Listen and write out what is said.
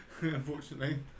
Unfortunately